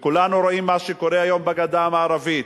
וכולנו רואים את מה שקורה היום בגדה המערבית,